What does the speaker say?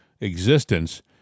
existence